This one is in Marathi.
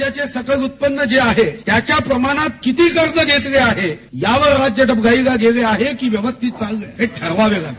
राज्याचे सकल उत्पन्न जे आहे त्याच्या प्रमाणात किती कर्ज घेतले आहे यावर राज्य डबघाईला गेले आहे की व्यवस्थित चालले आहे हे ठरवावे लागते